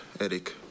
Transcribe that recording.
Eric